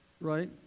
Right